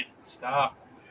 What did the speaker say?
stop